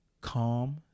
calm